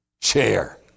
chair